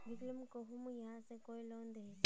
विकलांग कहुम यहाँ से कोई लोन दोहिस?